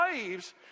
slaves